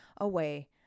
away